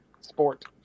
sport